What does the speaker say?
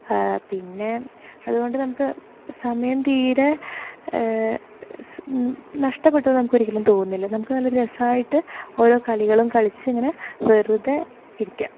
പിന്നെ അതുകൊണ്ട് നമുക്ക് സമയം തീരെ നഷ്ടപെട്ടുന്ന് നമുക്ക് ഒരിക്കലും തോന്നില്ല നമുക്ക് നല്ല ഒരു രസമായിട്ട് ഓരോ കളികളും കളിച്ച് ഇങ്ങനെ വെറുതെ ഇരിക്കാം